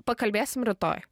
pakalbėsim rytoj